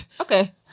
Okay